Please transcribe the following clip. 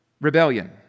rebellion